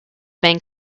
bank